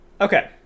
Okay